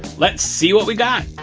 let's see what we got.